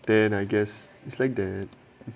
then I guess it's like that